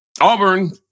Auburn